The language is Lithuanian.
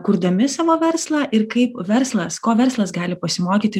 kurdami savo verslą ir kaip verslas ko verslas gali pasimokyti